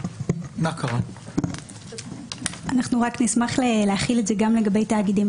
אנחנו רק נשמח להחיל את זה גם לגבי תאגידים,